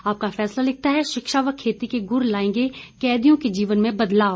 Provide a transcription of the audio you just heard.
आपका फैसला लिखता है शिक्षा व खेती के गुर लाएंगे कैदियों के जीवन में बदलाव